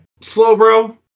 Slowbro